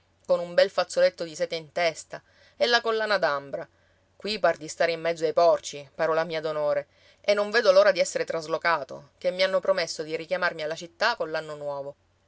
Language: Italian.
con un bel fazzoletto di seta in testa e la collana d'ambra qui par di stare in mezzo ai porci parola mia d'onore e non vedo l'ora di essere traslocato che mi hanno promesso di richiamarmi alla città coll'anno nuovo